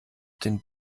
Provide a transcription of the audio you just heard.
den